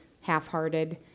half-hearted